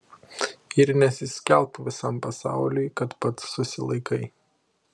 ir nesiskelbk visam pasauliui kad pats susilaikai